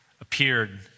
appeared